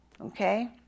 Okay